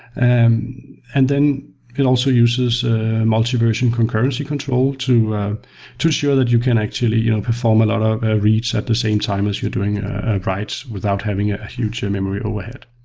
and and then it also uses multi-version concurrency control to to ensure that you can actually you know perform a lot of reads at the same time as you're doing write without having a huge ah memory overhead.